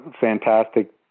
fantastic